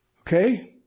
Okay